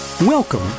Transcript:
Welcome